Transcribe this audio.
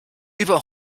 über